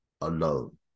alone